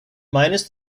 minus